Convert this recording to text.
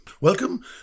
Welcome